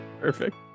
Perfect